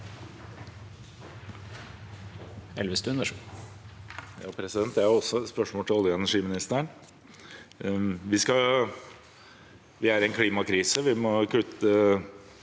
Jeg har også et spørs- mål til olje- og energiministeren. Vi er i en klimakrise.